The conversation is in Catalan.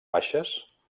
baixes